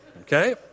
Okay